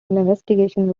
investigations